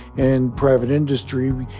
and private industry,